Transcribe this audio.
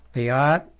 the art,